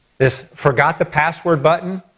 this forgot the password button,